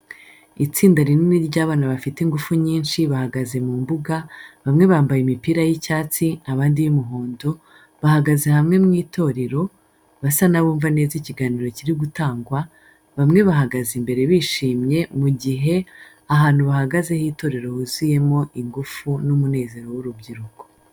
Itsinda rinini ry’abana bafite ingufu nyinshi bahagaze mu mbuga, bamwe bambaye imipira y'icyatsi abandi iy'umuhondo, bahagaze hamwe mu itorero, basa n'abumva neza ikiganiro kiri gutangwa, bamwe bahagaze imbere bishimye mu gihe ahantu bahagaze h’itorero huzuyemo ingufu. n’umunezero w’urubyiruko.